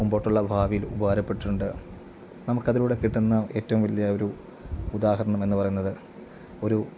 മുമ്പോട്ടുള്ള ഭാവിയിൽ ഉപകാരപ്പെട്ടിട്ടുണ്ട് നമുക്കതിലൂടെ കിട്ടുന്ന ഏറ്റവും വലിയ ഒരു ഉദാഹരണമെന്ന് പറയുന്നത് ഒരു